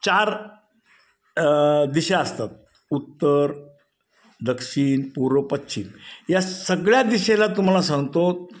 चार दिशा असतात उत्तर दक्षिण पूर्व पश्चिम या सगळ्या दिशेला तुम्हाला सांगतो